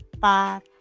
five